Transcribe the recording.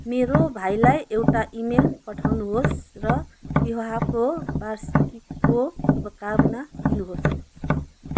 मेरो भाइलाई एउटा इमेल पठाउनुहोस् र विवाहको वार्षिकीको शुभकामना दिनुहोस्